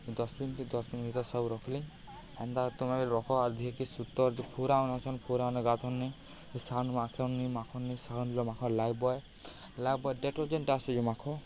dustbin କି dustbin ଇଟା ସବୁ ରଖିଲି ଏନ୍ତା ତୁମେ ବି ରଖ ଆର୍ ଦିହିକେ ସୁସ୍ଥ ପୁରା ମାନେ ଅଛନ୍ ପୁରା ମାନେ ଗାଧନ୍ ନିି ସାବୁନ୍ ମାଖନ୍ନିି ମାଖନ୍ନିି ସାଗୁନ୍ ମାଖ ଲାଇବଏ ଲାଇବଏ ଡେଟର୍ଜେଣ୍ଟ୍ ଆସୁଚି ମାଖ